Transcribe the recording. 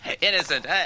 innocent